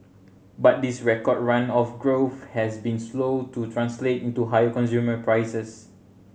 but this record run of growth has been slow to translate into higher consumer prices